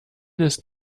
ist